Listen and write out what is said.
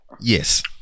Yes